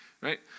right